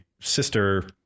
sister